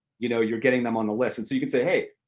you know you're getting them on the list. and so, you can say, hey,